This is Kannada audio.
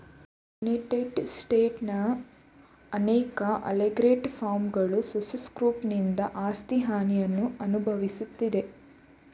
ಯುನೈಟೆಡ್ ಸ್ಟೇಟ್ಸ್ನ ಅನೇಕ ಅಲಿಗೇಟರ್ ಫಾರ್ಮ್ಗಳು ಸುಸ್ ಸ್ಕ್ರೋಫನಿಂದ ಆಸ್ತಿ ಹಾನಿಯನ್ನು ಅನ್ಭವ್ಸಿದೆ